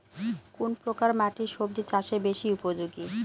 কোন প্রকার মাটি সবজি চাষে বেশি উপযোগী?